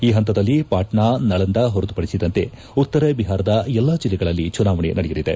ಈ ಪಂತದಲ್ಲಿ ಪಾಟ್ನ ನಳಂದ ಹೊರತುಪಡಿಸಿದಂತೆ ಉತ್ತರ ಬಿಹಾರದ ಎಲ್ಲಾ ಜಿಲ್ಲೆಗಳಲ್ಲಿ ಚುನಾವಣೆ ನಡೆಯಲಿದೆ